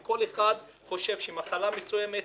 כל אחד חושב שלמי שחולה במחלה מסוימת